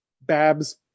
Babs